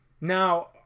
Now